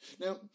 Now